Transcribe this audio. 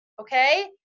okay